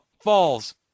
falls